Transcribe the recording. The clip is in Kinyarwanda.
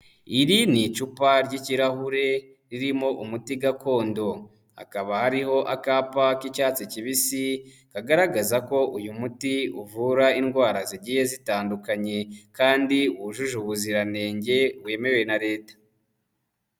Iri ni icupa ry'ikirahure ririmo umuti gakondo, hakaba hariho akapa k'icyatsi kibisi, kagaragaza ko uyu muti uvura indwara zigiye zitandukanye kandi wujuje ubuziranenge wemewe na Leta.